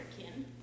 kin